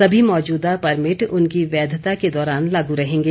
सभी मौजूदा परमिट उनकी वैधता के दौरान लागू रहेंगे